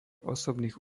osobných